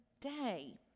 day